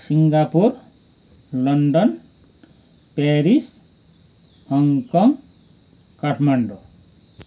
Singapore London Paris Hong Kong Kathmandu